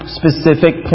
specific